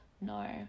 No